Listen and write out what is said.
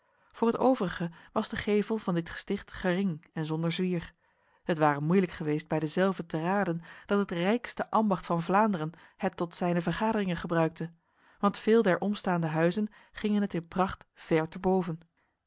voor het overige was de gevel van dit gesticht gering en zonder zwier het ware moeilijk geweest bij dezelve te raden dat het rijkste ambacht van vlaanderen het tot zijne vergaderingen gebruikte want veel der omstaande huizen gingen het in pracht ver te boven